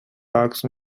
bucks